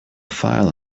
file